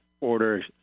order